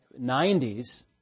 90s